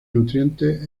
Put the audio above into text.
nutrientes